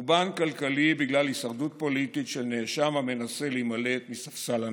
חורבן כלכלי בגלל הישרדות פוליטית של נאשם המנסה להימלט מספסל הנאשמים.